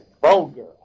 vulgar